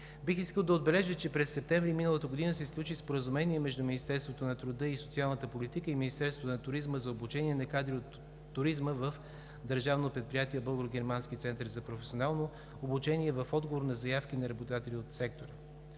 Бих искал да отбележа, че през септември миналата година се сключи Споразумение между Министерството на труда и социалната политика и Министерството на туризма за обучение на кадри от туризма в Държавно предприятие Българо-германски център за професионално обучение в отговор на заявки на работодатели от сектора.